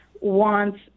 wants